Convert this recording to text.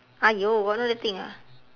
!aiyo! got no other thing ah